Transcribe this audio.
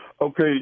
Okay